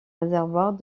réservoirs